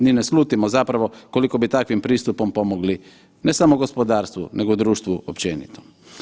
Ni ne slutimo zapravo koliko bi takvim pristupom pomogli, ne samo gospodarstvu nego društvu općenito.